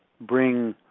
bring